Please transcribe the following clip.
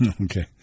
Okay